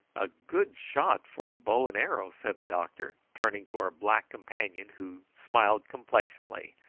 a good shot for a bow and arrow, said the doctor, turning to our black companion, who smiled complacently,